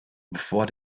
bevor